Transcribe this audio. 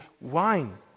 wine